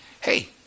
Hey